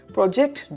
Project